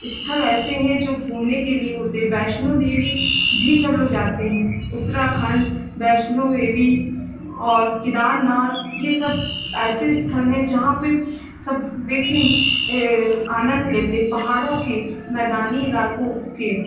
स्थल ऐसे हैं जो घूमने के लिए होते हैं वैश्नो देवी भी सब लोग जाते हैं उत्तराखण्ड वैश्नो देवी और केदारनाथ यह सब ऐसे स्थल हैं जहाँ पर सब व्यक्ति आनन्द लेते हैं पहाड़ों की मैदानी इलाकों की